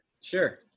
Sure